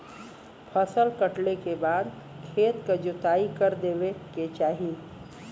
फसल कटले के बाद खेत क जोताई कर देवे के चाही